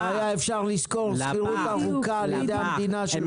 -- היה אפשר לשכור שכירות ארוכה על ידי המדינה.